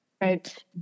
Right